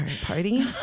party